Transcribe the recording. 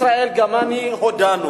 ישראל וגם אני הודענו,